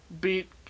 beat